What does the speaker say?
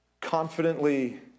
confidently